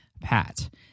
Pat